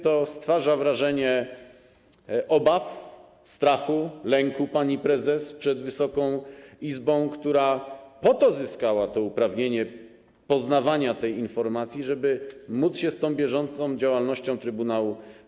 To stwarza wrażenie obaw, strachu, lęku pani prezes przed Wysoką Izbą, która po to zyskała to uprawnienie do poznawania tej informacji, żeby móc się zapoznawać z bieżącą działalnością trybunału.